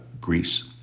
Greece